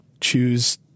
choose